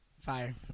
Fire